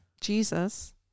Jesus